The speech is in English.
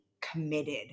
committed